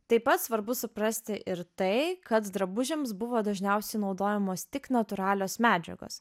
taip pat svarbu suprasti ir tai kad drabužiams buvo dažniausiai naudojamos tik natūralios medžiagos